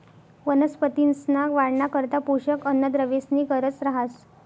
वनस्पतींसना वाढना करता पोषक अन्नद्रव्येसनी गरज रहास